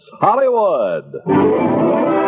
Hollywood